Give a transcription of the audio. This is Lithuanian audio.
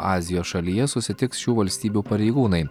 azijos šalyje susitiks šių valstybių pareigūnai